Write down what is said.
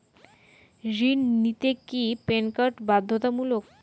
ঋণ নিতে কি প্যান কার্ড বাধ্যতামূলক?